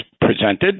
presented